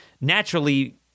naturally